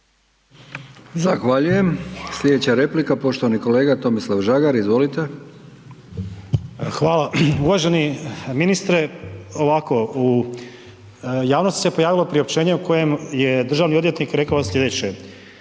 Zahvaljujem. Slijedeća replika poštovani kolega Tomislav Žagar, izvolite. **Žagar, Tomislav (HSU)** Hvala. Uvaženi ministre, ovako u javnosti se pojavilo priopćenje u kojem je državni odvjetnik rekao slijedeće,